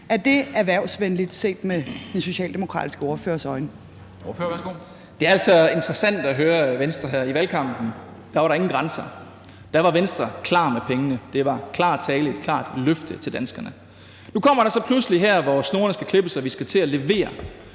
09:17 Christian Rabjerg Madsen (S): Det er altså interessant at høre Venstre her. I valgkampen var der ingen grænser – der var Venstre klar med pengene; det var klar tale, et klart løfte til danskerne. Nu kommer der så pludselig her, hvor snorene skal klippes og vi skal til at levere